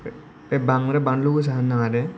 बे बांद्राय बानलु गोसा होनो नाङा दे